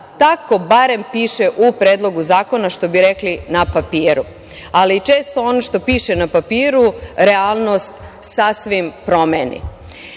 Tako barem piše u predlogu zakona, što bi rekli, na papiru. Ali, često ono što piše na papiru realnost sasvim promeni. Zaista,